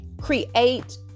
create